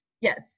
yes